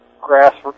grass